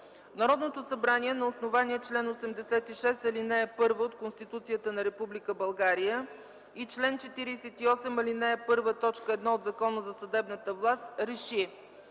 „Народното събрание на основание чл. 86, ал. 1 от Конституцията на Република България и чл. 48, ал. 1, т. 1 от Закона за съдебната власт РЕШИ: